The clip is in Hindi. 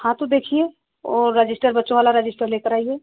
हाँ तो देखिए वो रजिस्टर बच्चों वाला रजिस्टर ले कर आइए